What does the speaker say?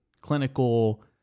clinical